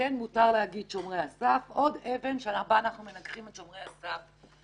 כן מותר להגיד "שומרי הסף" לנגח את שומרי הסף.